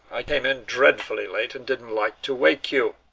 i came in dreadfully late, and didn't like to wake you.